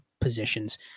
positions